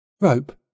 Rope